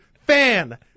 fan